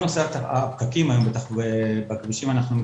משה, אתה רוצה יש לנו פה מצגת של משרד התחבורה.